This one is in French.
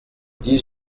dix